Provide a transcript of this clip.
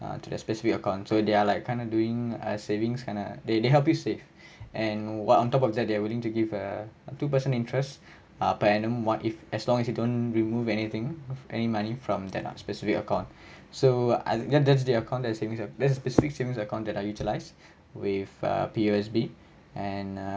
uh to that specific account so they are like kinda doing uh savings kinda they they help you save and what on top of that they are willing to give a two person interest ah per annum what if as long as you don't remove anything any money from that specific account so I ya that's the account that savings that specific saving account that I utilized with ah P_O_S_B and uh